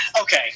okay